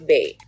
Bay